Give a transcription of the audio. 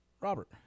Robert